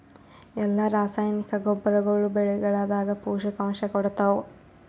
ಎಲ್ಲಾ ರಾಸಾಯನಿಕ ಗೊಬ್ಬರಗೊಳ್ಳು ಬೆಳೆಗಳದಾಗ ಪೋಷಕಾಂಶ ಕೊಡತಾವ?